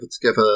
together